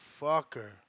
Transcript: fucker